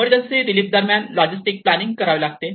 emergency relief दरम्यान logistic planning करावे लागते